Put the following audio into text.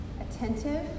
attentive